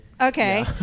Okay